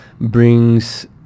brings